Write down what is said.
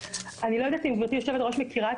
אני לא יודעת אם גברתי יושבת-הראש מכירה את